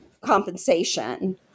compensation